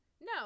No